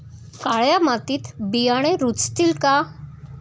काळ्या मातीत बियाणे रुजतील का?